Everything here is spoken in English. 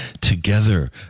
together